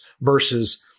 versus